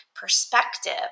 perspective